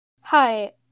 Hi